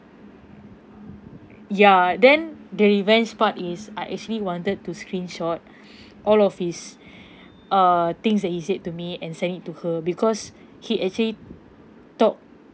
ya then the revenge part is I actually wanted to screenshot all of his err things that he said to me and send it to her because he actually talk